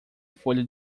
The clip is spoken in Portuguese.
folha